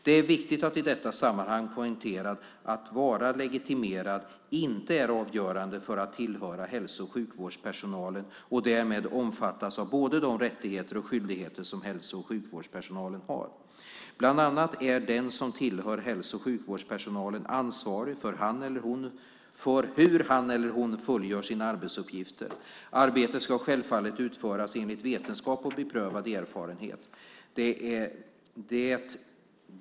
Det är viktigt att i detta sammanhang poängtera att detta med vara legitimerad inte är avgörande för att tillhöra hälso och sjukvårdspersonalen och därmed omfattas av både de rättigheter och de skyldigheter som hälso och sjukvårdspersonalen har. Bland annat är den som tillhör hälso och sjukvårdspersonalen ansvarig för hur han eller hon fullgör sina arbetsuppgifter. Arbetet ska självfallet utföras enligt vetenskap och beprövad erfarenhet.